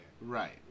Right